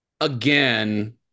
again